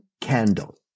candle